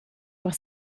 per